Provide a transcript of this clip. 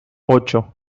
ocho